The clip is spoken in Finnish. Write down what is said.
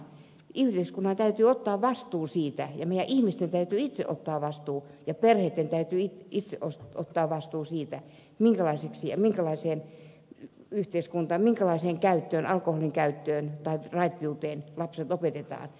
yhteiskunnan täytyy ottaa vastuu siitä ja meidän ihmisten itse täytyy ottaa vastuu ja perheitten täytyy itse ottaa vastuu siitä minkälaiseen yhteiskuntaan minkälaiseen alkoholinkäyttöön tai raittiuteen lapset opetetaan